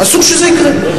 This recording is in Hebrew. אסור שזה יקרה.